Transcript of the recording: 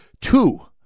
two